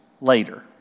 later